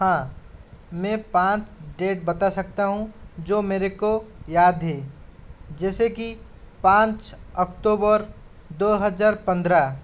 हाँ मैं पाँच डेट बता सकता हूँ जो मेरे को याद है जैसे कि पाँच ऑक्टोबर दो हज़ार पंद्रह